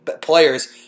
players